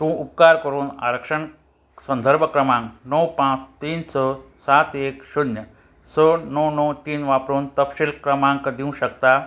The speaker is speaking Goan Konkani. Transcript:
तूं उपकार करून आरक्षण संदर्भ क्रमांक णव पांच तीन स सात एक शुन्य स णव णव तीन वापरून तपशील क्रमांक दिवंक शकता